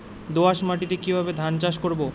দোয়াস মাটি কিভাবে ধান চাষ করব?